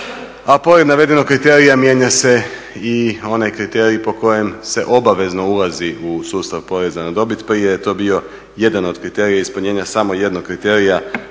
A pored navedenog kriterija mijenja se i onaj kriterij po kojem se obavezno ulazi u sustav poreza na dobit. Prije je to bio jedan od kriterija ispunjenja samo jednog kriterija,